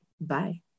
Bye